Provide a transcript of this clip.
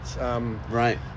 Right